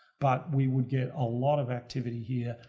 but we would get a lot of activity here,